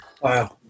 Wow